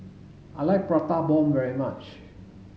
I like prata bomb very much